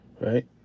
right